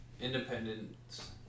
Independence